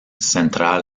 central